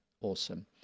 Awesome